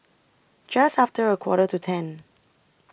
Just after A Quarter to ten